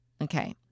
Okay